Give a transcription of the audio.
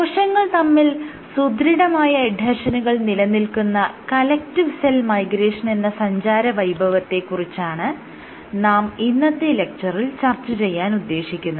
കോശങ്ങൾ തമ്മിൽ സുദൃഢമായ എഡ്ഹെഷനുകൾ നിലനിൽക്കുന്ന കലക്ടീവ് സെൽ മൈഗ്രേഷൻ എന്ന സഞ്ചാര വൈഭവത്തെ കുറിച്ചാണ് നമ്മൾ ഇന്നത്തെ ലെക്ച്ചറിൽ ചർച്ച ചെയ്യാൻ ഉദ്ദേശിക്കുന്നത്